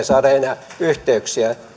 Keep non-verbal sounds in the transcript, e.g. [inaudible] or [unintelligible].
[unintelligible] saada enää yhteyksiä